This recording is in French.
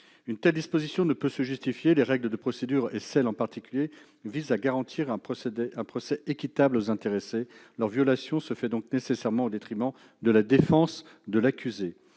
Une telle disposition ne peut se justifier. Les règles de procédure- celle-ci, en particulier -visent à garantir un procès équitable aux intéressés. Leur violation se fait donc nécessairement au détriment de la défense de l'accusé.